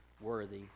worthy